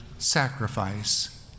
sacrifice